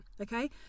okay